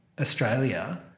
Australia